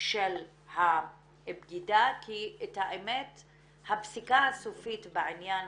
של הבגידה, כי את האמת הפסיקה הסופית בעניין